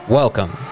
welcome